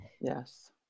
Yes